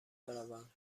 بروند